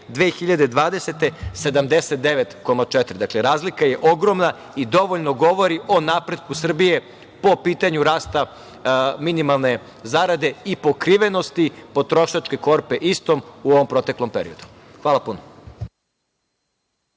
godine 79,4. Dakle, razlika je ogromna i dovoljno govori o napretku Srbije po pitanju rasta minimalne zarade i pokrivenosti potrošačke korpe istom u ovom proteklom periodu. Hvala puno.